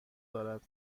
دارد